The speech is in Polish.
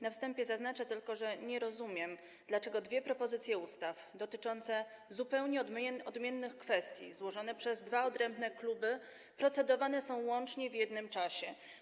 Na wstępie zaznaczę tylko, że nie rozumiem, dlaczego nad dwiema propozycjami ustaw dotyczącymi zupełnie odmiennych kwestii, złożonymi przez dwa odrębne kluby, proceduje się łącznie, w jednym czasie.